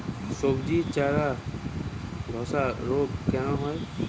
সবজির চারা ধ্বসা রোগ কেন হয়?